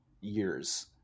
years